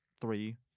three